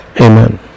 Amen